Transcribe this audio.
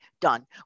done